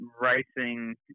racing